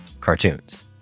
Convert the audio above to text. cartoons